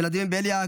ולדימיר בליאק,